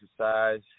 exercise